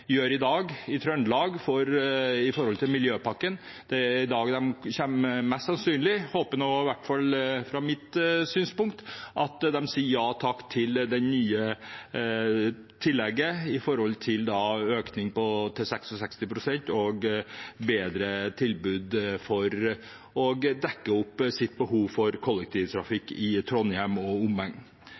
i Trøndelag, gjør i dag når det gjelder miljøpakken. Det er i dag de mest sannsynlig – jeg håper i hvert fall det – sier ja takk til det nye tillegget: en økning til 66 pst. og et bedre tilbud for å dekke behovet for kollektivtrafikk i Trondheim og